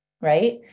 Right